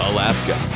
Alaska